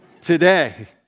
today